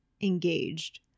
engaged